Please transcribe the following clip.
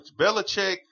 Belichick